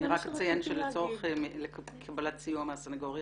אני רק אציין שלצורך קבלת סיוע מהסנגוריה